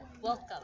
welcome